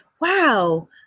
wow